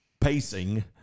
pacing